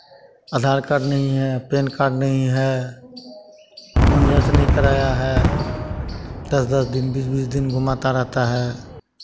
अधार card नहीं है PAN card नहीं है खून जाँच नहीं कराया है दस दस दिन बीस बीस दिन घुमाता रहता है